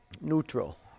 Neutral